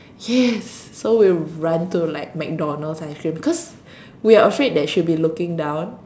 yes so we run to like McDonald's ice cream cause we are afraid that she'll be looking down